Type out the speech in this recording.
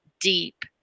deep